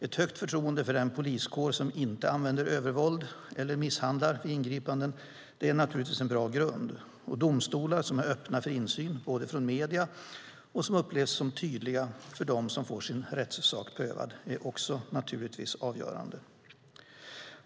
Ett högt förtroende för den poliskår som inte använder övervåld eller misshandlar vid ingripanden är naturligtvis en bra grund. Domstolar som är öppna för insyn från medierna och som upplevs som tydliga av dem som får sin rättssak prövad är naturligtvis också avgörande.